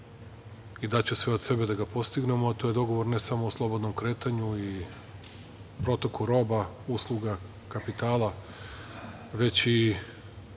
i daću sve od sebe da ga postignemo, a to je dogovor ne samo o slobodnom kretanju i protoku roba, usluga, kapitala, već i